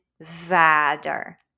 vader